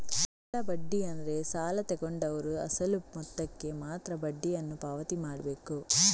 ಸರಳ ಬಡ್ಡಿ ಅಂದ್ರೆ ಸಾಲ ತಗೊಂಡವ್ರು ಅಸಲು ಮೊತ್ತಕ್ಕೆ ಮಾತ್ರ ಬಡ್ಡಿಯನ್ನು ಪಾವತಿ ಮಾಡ್ಬೇಕು